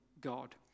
God